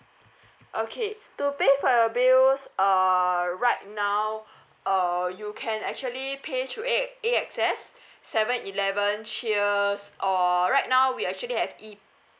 okay to pay for your bills uh right now uh you can actually pay through A A access seven eleven cheers or right now we actually have E